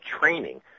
training